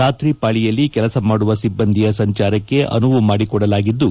ರಾತ್ರಿ ಪಾಳಿಯಲ್ಲಿ ಕೆಲಸ ಮಾಡುವ ಸಿಬ್ಬಂದಿಯ ಸಂಚಾರಕ್ಕೆ ಅನುವು ಮಾಡಿಕೊಡಲಾಗಿದ್ದು